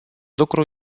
lucru